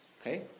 Okay